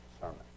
sermon